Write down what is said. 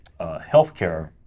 healthcare